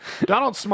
Donald